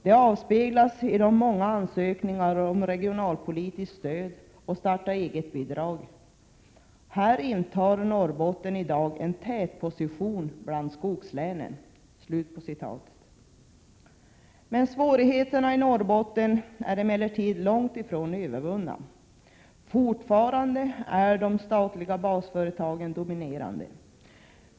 Det avspeglas i de många ansökningarna om regionalpolitiskt stöd och ”starta eget'-bidrag. Här intar Norrbotten i dag en tätposition bland skogslänen.” Svårigheterna i Norrbotten är emellertid långt ifrån övervunna — fortfarande är de statliga basföretagen dominerande.